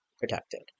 protected